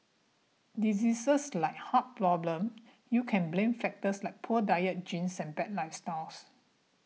diseases like heart problem you can blame factors like poor diet genes same bad lifestyle